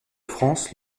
france